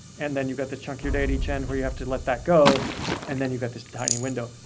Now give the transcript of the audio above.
and then you've got this chunk of your day at each end where you have to let that go and then you've got this tiny window,